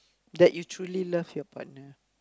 that you truly love your partner